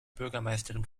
bürgermeisterin